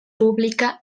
pública